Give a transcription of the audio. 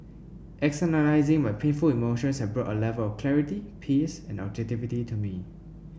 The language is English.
externalising my painful emotions had brought A Level of clarity peace and objectivity to me